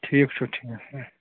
ٹھیٖک چھُ ٹھیٖک